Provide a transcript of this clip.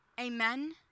Amen